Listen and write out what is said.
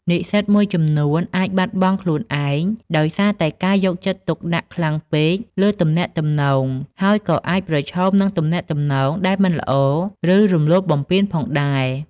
និស្សិតមួយចំនួនអាចបាត់បង់ខ្លួនឯងដោយសារតែការយកចិត្តទុកដាក់ខ្លាំងពេកលើទំនាក់ទំនង ហើយក៏អាចប្រឈមនឹងទំនាក់ទំនងដែលមិនល្អ ឬរំលោភបំពានផងដែរ។